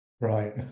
right